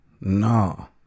No